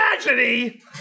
tragedy